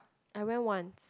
I went once